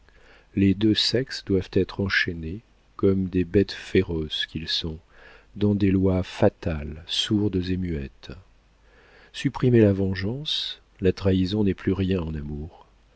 les deux sexes doivent être enchaînés comme des bêtes féroces qu'ils sont dans des lois fatales sourdes et muettes supprimez la vengeance la trahison n'est plus rien en amour